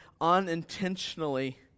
unintentionally